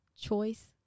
Choice